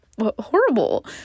horrible